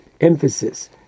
emphasis